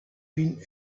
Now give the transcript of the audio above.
been